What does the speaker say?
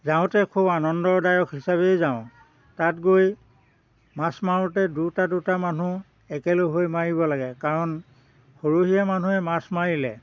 যাওঁতে খুব আনন্দদায়ক হিচাপেই যাওঁ তাত গৈ মাছ মাৰোতে দুটা দুটা মানুহ একেলগ হৈ মাৰিব লাগে কাৰণ সৰহীয়া মানুহে মাছ মাৰিলে